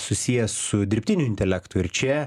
susiję su dirbtiniu intelektu ir čia